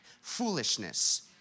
Foolishness